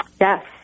Yes